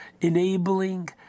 enabling